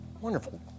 wonderful